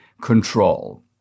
control